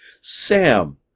Sam